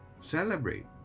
celebrate